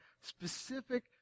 specific